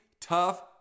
tough